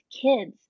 kids